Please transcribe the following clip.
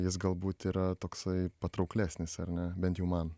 jis galbūt yra toksai patrauklesnis ar ne bent jau man